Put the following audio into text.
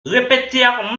répétèrent